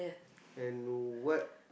and what